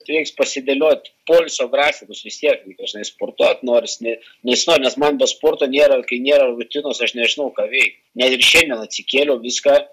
reiks pasidėliot poilsio grafikus vis tiek dažnai sportuot nors ne nežinau nes man be sporto nėra kai nėra rutinos aš nežinau ką veikt net ir šiandien atsikėliau viską